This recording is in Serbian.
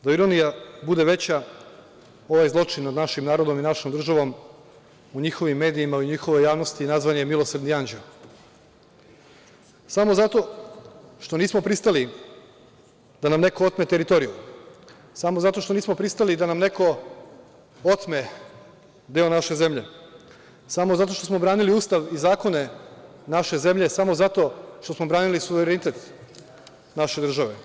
Da ironija bude veća, ovaj zločin nad našim narodom i našom državom u njihovim medijima, u njihovoj javnosti nazvan je „Milosrdni anđeo“, a samo zato što nismo pristali da nam neko otme teritoriju, samo zato što nismo pristali da nam neko otme deo naše zemlje, zato što smo branili Ustav i zakone naše zemlje, samo zato što smo branili suverenitet naše države.